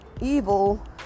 evil